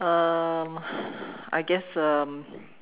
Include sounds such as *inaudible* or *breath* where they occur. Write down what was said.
um *breath* I guess um